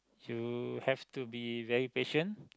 you have to be very patient